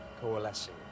coalescing